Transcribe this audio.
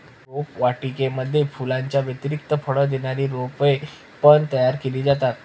रोपवाटिकेमध्ये फुलांच्या व्यतिरिक्त फळ देणारी रोपे पण तयार केली जातात